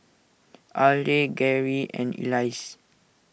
Arley Gerry and Elzy